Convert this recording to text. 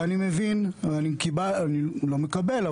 אני לא מקבל,